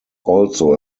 also